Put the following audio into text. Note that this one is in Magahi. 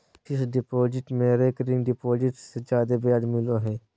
फिक्स्ड डिपॉजिट में रेकरिंग डिपॉजिट से जादे ब्याज मिलो हय